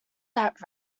that